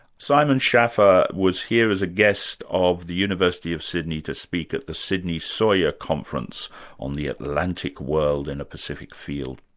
simon schaffer was here as a guest of the university of sydney to speak at the sydney sawyer conference on the atlantic world in a pacific field.